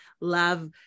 Love